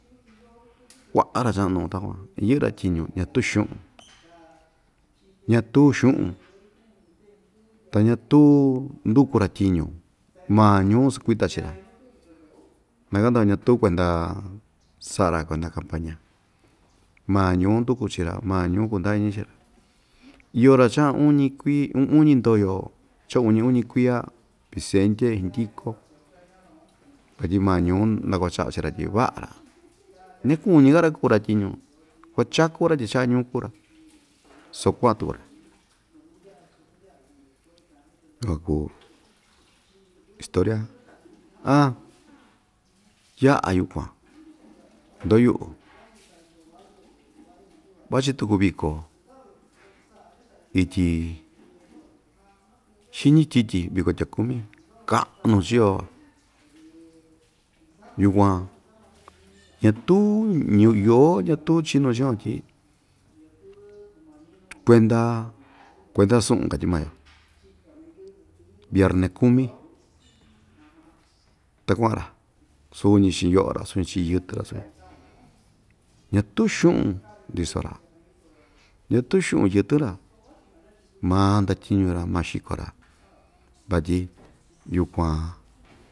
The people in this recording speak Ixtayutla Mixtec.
Kuaꞌa ra‑chaꞌnu takuan yɨꞌɨ‑ra tyiñu ñatu xuꞌun ñatuu xuꞌun ta ñatuu nduku‑ra tyiñu maa ñuu sakuita chii‑ra nakanda ñatuu cuenda saꞌa‑ra kuenda campaña maa ñuu nduku chii‑ra maa ñuu kunda iñi chii‑ra yoo‑ra chaꞌa uñi kui uñi ndoyo cha uñi uñi kuiya pisentye xinyiko sotyi maa ñuu nakuachaꞌa chii‑ra tyi vaꞌa ñakuñika‑ra kuu‑ra tyiñu kua chaku‑ra tyi chaꞌa ñuu kuu‑ra soo kuaꞌan tuku‑ra takuan kuu historia aan yaꞌa yukuan ndoyuꞌu vachi tuku viko ityi xiñi tyityi viko tyakumi kaꞌnu chio yukuan ñatuu ñatuu chinu chiyukuan tyi kuenda kuenda suꞌun katyi maa‑yo vierne kumi ta kuaꞌan‑ra suñi chiꞌin yoꞌo‑ra suñi chiꞌin yɨkɨ‑ra suñi ñatuu xuꞌun ndiso‑ra ñatuu xuꞌun yɨtɨn‑ra maa ndatyiñu‑ra maa xiko‑ra vatyi yukuan.